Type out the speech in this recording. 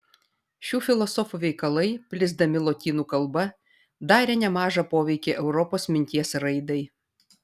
šių filosofų veikalai plisdami lotynų kalba darė nemažą poveikį europos minties raidai